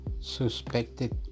suspected